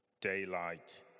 daylight